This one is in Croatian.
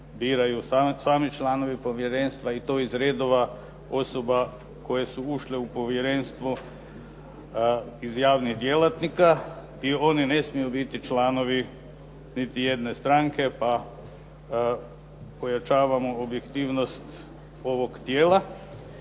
biraju sami članovi povjerenstva i to iz redova osoba koje su ušle u povjerenstvo iz javnih djelatnika i oni ne smiju biti članovi niti jedne stranke, pa pojačavamo objektivnost ovog tijela.